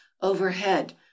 overhead